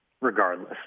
regardless